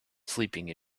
sleeping